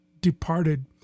departed